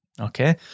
Okay